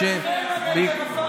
אצלכם הנגב הפך להיות,